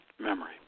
Memory